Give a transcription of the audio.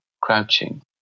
crouching